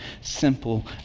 simple